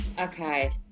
Okay